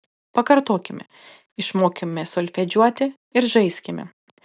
pakartokime išmokime solfedžiuoti ir žaiskime